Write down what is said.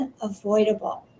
unavoidable